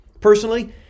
Personally